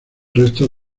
restos